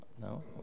No